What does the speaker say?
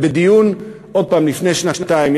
ובדיון לפני שנתיים,